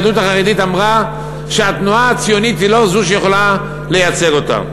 היהדות החרדית אמרה שהתנועה הציונית היא לא זו שיכולה לייצג אותה.